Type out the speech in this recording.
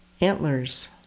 antlers